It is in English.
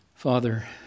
Father